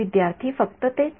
विद्यार्थी फक्त तेच